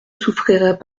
souffriraient